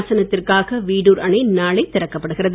பாசனத்திற்காக வீடுர் அணை நாளை திறக்கப்படுகிறது